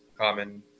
common